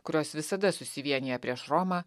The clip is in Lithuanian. kurios visada susivienija prieš romą